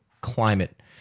climate